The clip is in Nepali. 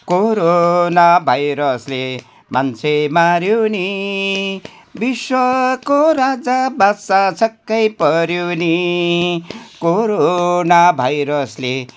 कोरोना भाइरसले मान्छे माऱ्यो नि विश्वको राजा बादशाह छक्कै पऱ्यो नि कोरोना भाइरसले